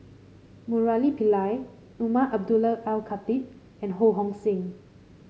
Murali Pillai Umar Abdullah Al Khatib and Ho Hong Sing